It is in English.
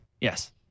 Yes